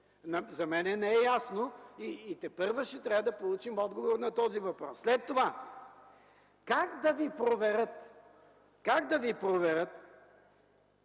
За мен не е ясно и тепърва ще трябва да получим отговор на този въпрос. След това. Как да ви проверят, че тази субсидия